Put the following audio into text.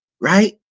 right